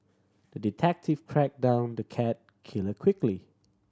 the detective track down the cat killer quickly